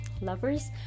Lovers